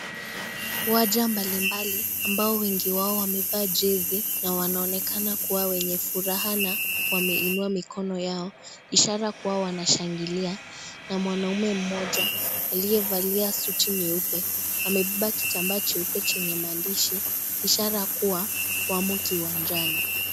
Waja mbali mbali ambao wengi wao wamevaa jersey na wanaonekana kuwa wenye furaha na wameinua mikono yao ishara kuwa wanashangilia na mwanamme mmoja aliyevalia suti nyeupe amebeba kitambaa cheupe chenye maandishi ishara kuwa wamo kiwanjani.